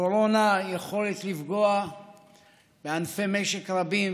לקורונה יש יכולת לפגוע בענפי משק רבים,